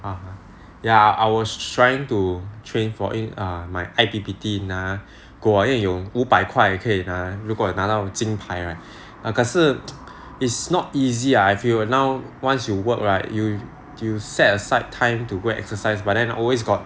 (uh huh) ya I was trying to train for err my I_P_P_T 拿 gold ah 因为有五百块可以拿如果拿到金牌 right 可是 is not easy I feel now once you work right you you set aside time to go exercise but then always got